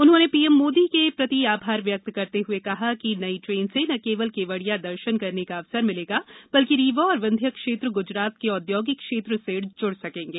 उन्होंने पीएम मोदी के प्रति आभार व्यक्त करते हुए कहा कि नई ट्रेन से न केवल केवड़िया दर्शन करने का अवसर मिलेगा बल्कि रीवा और विंध्य क्षेत्र गुजरात के औद्योगिक क्षेत्र से जुड़ सकेंगे